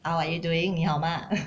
how are you doing 你好吗